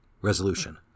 Resolution